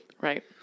Right